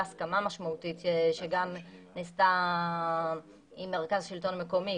הסכמה משמעותית שגם נעשתה עם מרכז השלטון המקומי,